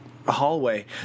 Hallway